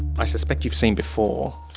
i suspect you've seen before.